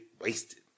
wasted